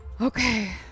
okay